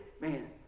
man